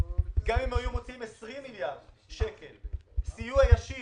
גם אם היו מוציאים 20 מיליארד שקלים סיוע ישיר,